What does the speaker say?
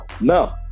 no